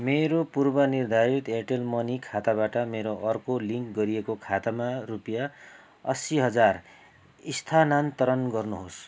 मेरो पूर्वनिर्धारित Airtel money खाताबाट मेरो अर्को लिङ्क गरिएको खातामा रुपियाँ असी हजार स्थानान्तरण गर्नुहोस्